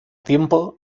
tiempo